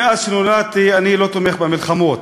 מאז שנולדתי אני לא תומך במלחמות,